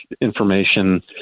information